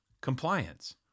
compliance